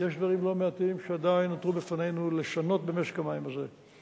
יש דברים לא מעטים שעדיין נותרו בפנינו לשנות במשק המים הזה.